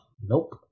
Nope